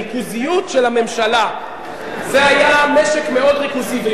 הריכוזיות של הממשלה, זה היה משק מאוד ריכוזי.